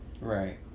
Right